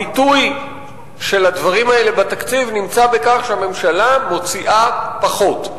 הביטוי של הדברים האלה בתקציב נמצא בכך שהממשלה מוציאה פחות.